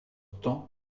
temps